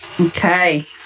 Okay